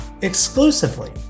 exclusively